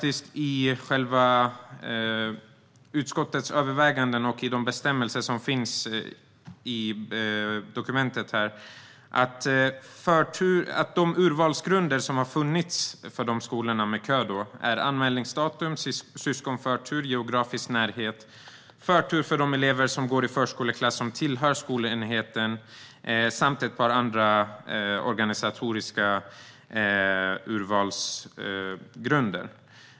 I utskottets överväganden och i de bestämmelser som finns i dokumentet står att de urvalsgrunder som har funnits för skolor med kö är anmälningsdatum, syskonförtur, geografisk närhet, förtur för de elever som går i förskoleklass som tillhör skolenheten samt ett par andra organisatoriska urvalsgrunder.